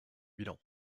bilan